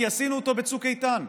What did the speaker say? כי עשינו אותו בצוק איתן,